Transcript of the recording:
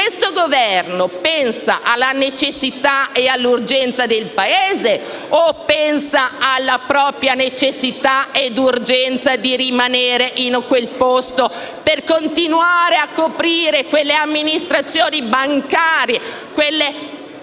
questo Governo pensa alla necessità e all'urgenza del Paese, oppure alla propria necessità e urgenza di rimanere al suo posto per continuare a coprire quelle amministrazioni bancarie e quella